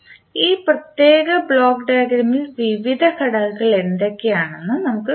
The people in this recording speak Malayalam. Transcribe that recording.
ഈ പ്രത്യേക ബ്ലോക്ക് ഡയഗ്രാമിൽ വിവിധ ഘടകങ്ങൾ എന്തൊക്കെയാണെന്ന് നമ്മൾ കാണും